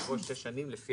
יבוא חמש שנים ושמונה ימים.